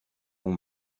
bon